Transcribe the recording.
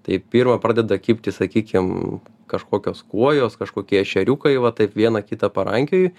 tai pirma pradeda kibti sakykim kažkokios kuojos kažkokie ešeriukai va taip vieną kitą parankioju